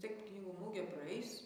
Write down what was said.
taip knygų mugė praeis